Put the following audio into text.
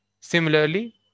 Similarly